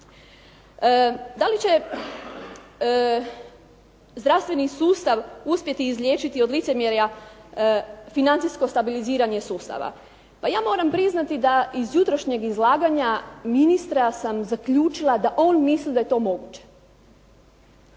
Dali će zdravstveni sustav uspjeti izliječiti od licemjerja financijsko stabiliziranje sustava. Pa ja moram priznati da iz jutrošnjeg izlaganja ministra sam zaključila da on misli da je to moguće.